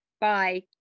Bye